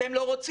אתם לא רוצים?